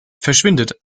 verschwindet